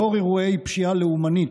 לאור אירועי פשיעה לאומנית,